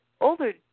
older